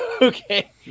okay